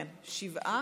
שבעה.